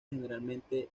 generalmente